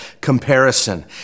comparison